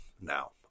now